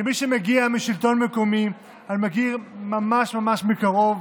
כמי שמגיע משלטון מקומי, אני מכיר ממש ממש מקרוב,